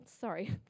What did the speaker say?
Sorry